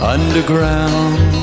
Underground